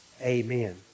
Amen